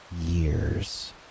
years